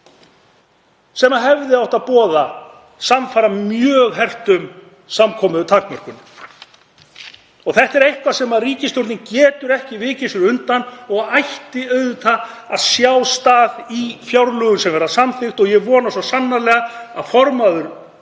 sem hefði átt að boða samfara mjög hertum samkomutakmörkunum? Þetta er eitthvað sem ríkisstjórnin getur ekki vikið sér undan og þessa ætti auðvitað að sjá stað í fjárlögum sem verða samþykkt. Ég vona svo sannarlega að hv. formaður